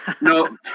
No